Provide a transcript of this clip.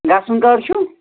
گَژھُن کر چھو